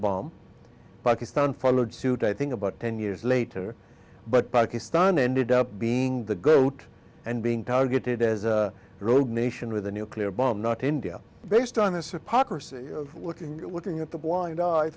bomb pakistan followed suit i think about ten years later but pakistan ended up being the gloat and being targeted as a rogue nation with a nuclear bomb not india based on this apocryphal looking at the blind